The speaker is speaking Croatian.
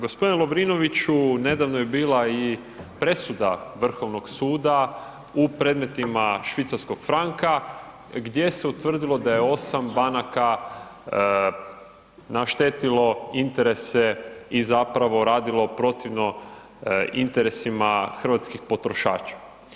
Gospodine Lovrinoviću nedavno je bila i presuda Vrhovnog suda u predmetima švicarskog franka gdje se utvrdilo da je osam banaka naštetilo interese i zapravo radilo protivno interesima hrvatskih potrošača.